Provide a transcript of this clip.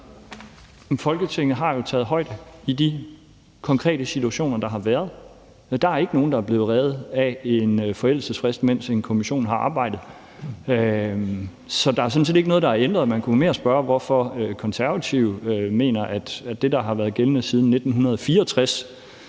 Folketinget har jo taget højde for det i de konkrete situationer, der har været. Der er ikke nogen, der er blevet reddet af en forældelsesfrist, mens en kommission har arbejdet. Så der er sådan set ikke noget, der er blevet ændret. Man kunne også spørge, hvorfor Konservative mener, at det, der har været gældende siden 1964,